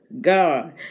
god